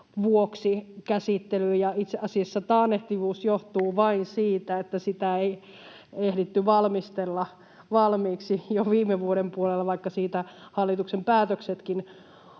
vuoksi, ja itse asiassa taannehtivuus johtuu vain siitä, että sitä ei ehditty valmistella valmiiksi jo viime vuoden puolella, vaikka siitä hallituksen päätöksetkin